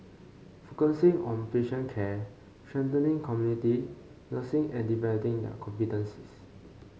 focusing on patient care strengthening community nursing and developing their competencies